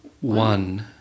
one